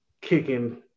kicking